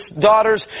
daughters